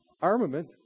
armament